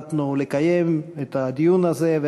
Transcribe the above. לא בכדי החלטנו לקיים את הדיון הזה,